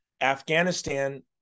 Afghanistan